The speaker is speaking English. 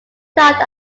stopped